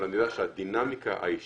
אבל אני יודע שהדינמיקה האישית